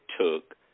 took